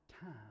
time